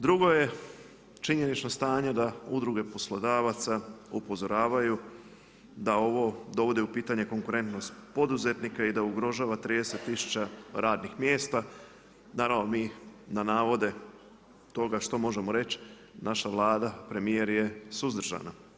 Drugo je činjenično stanje da udruge poslodavaca upozoravaju da ovo dovodi u pitanje konkurentnost poduzetnika i da ugrožava 30 000 radnih mjesta, naravno mi na navode toga što možemo reći naša Vlada, premijer je suzdržana.